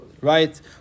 Right